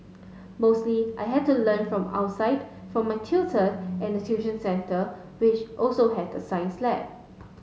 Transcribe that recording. mostly I had to learn from outside from my tutor and the tuition centre which also had a science lab